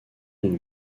d’une